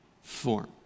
form